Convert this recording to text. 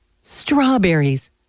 Strawberries